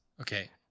Okay